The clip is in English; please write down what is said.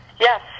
yes